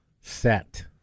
set